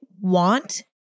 want